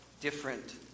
different